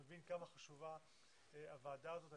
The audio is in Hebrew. מבין כמה חשובה הוועדה הזאת.